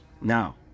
now